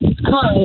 Hi